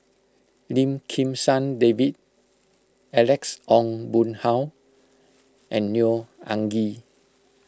Lim Kim San David Alex Ong Boon Hau and Neo Anngee